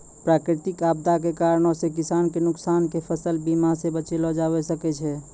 प्राकृतिक आपदा के कारणो से किसान के नुकसान के फसल बीमा से बचैलो जाबै सकै छै